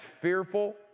fearful